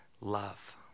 love